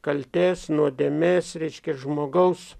kaltės nuodėmės reiškia žmogaus